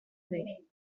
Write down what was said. thing